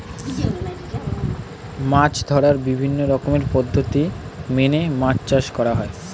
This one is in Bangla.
মাছ ধরার বিভিন্ন রকমের পদ্ধতি মেনে মাছ চাষ করা হয়